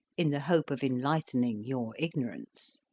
in the hope of enlightening your ignorance.